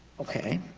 okay.